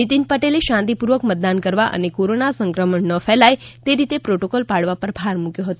શ્રી પટેલે શાંતિપૂર્વક મતદાન કરવા અને કોરોના સંક્રમણ ન ફેલાય તે રીતે પ્રોટોકોલ પાડવા ઉપર ભાર મૂક્યો હતો